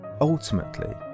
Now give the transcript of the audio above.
ultimately